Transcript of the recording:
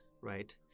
right